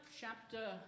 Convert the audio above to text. chapter